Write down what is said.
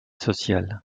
social